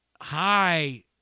High